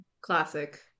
classic